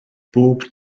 bob